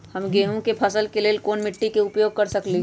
हम गेंहू के फसल के लेल कोन मिट्टी के उपयोग कर सकली ह?